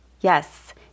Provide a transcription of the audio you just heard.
Yes